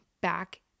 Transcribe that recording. back